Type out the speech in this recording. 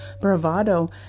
bravado